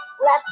left